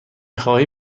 خواهی